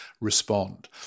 respond